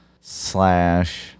Slash